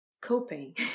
coping